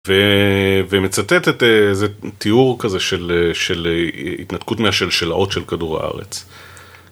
ו... ומצטטת איזה תיאור כזה של... אה... של התנתקות מהשלשלאות של כדור הארץ.